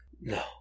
No